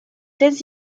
telles